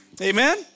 Amen